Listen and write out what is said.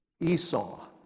Esau